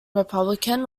republican